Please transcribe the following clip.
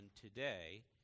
today